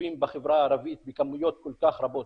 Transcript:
מסתובבים בחברה הערבית בכמויות כל כך רבות